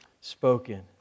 spoken